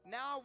Now